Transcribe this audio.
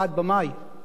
במאי.